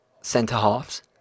centre-halves